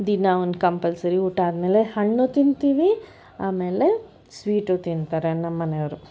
ದಿನ ಒಂದು ಕಂಪಲ್ಸರಿ ಊಟ ಆದಮೇಲೆ ಹಣ್ಣು ತಿಂತೀವಿ ಆಮೇಲೆ ಸ್ವೀಟು ತಿಂತಾರೆ ನಮ್ಮ ಮನೆಯವರು